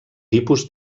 tipus